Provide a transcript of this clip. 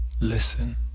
Listen